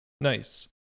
Nice